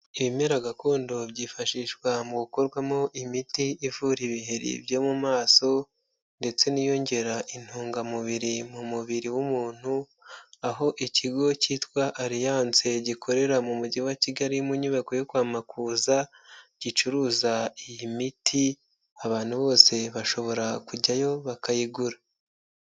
Ibimera gakondo byifashishwa mu gukorwamo imiti ivura ibiheri byo mu maso ndetse n'iyongera intungamubiri mu mubiri w'umuntu, aho ikigo cyitwa Alliance gikorera mu mujyi wa Kigali mu nyubako yo kwa Makuza, gicuruza iyi miti, abantu bose bashobora kujyayo bakayigura.